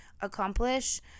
accomplish